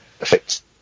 affects